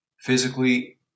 physically